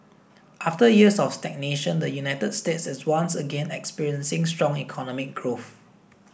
after years of stagnation the United States is once again experiencing strong economic growth